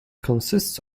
consists